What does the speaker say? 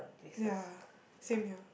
ya same here